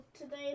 today